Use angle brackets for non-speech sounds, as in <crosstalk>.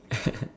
<laughs>